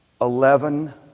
eleven